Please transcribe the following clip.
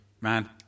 man